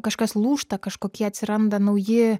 kažkas lūžta kažkokie atsiranda nauji